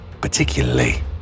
particularly